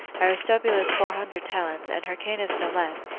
aristobulus four hundred talents, and hyrcanus no less,